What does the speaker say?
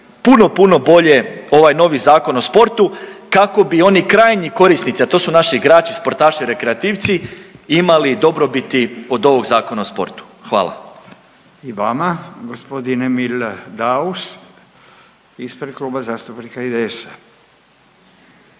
puno, puno bolje ovaj novi Zakon o sportu kako bi oni krajnji korisnici, a to su naši igrači, sportaši rekreativci imali dobrobiti od ovog Zakona o sportu. Hvala. **Radin, Furio (Nezavisni)** I vama. Gospodin Emil Daus ispred Kluba zastupnika IDS-a.